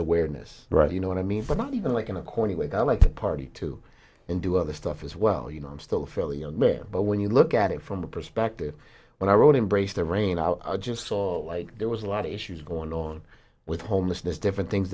awareness right you know what i mean but not even like in a corner where i like to party too and do other stuff as well you know i'm still fairly young there but when you look at it from the perspective when i wrote embrace the rain i just saw like there was a lot of issues going on with homelessness different things